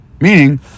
Meaning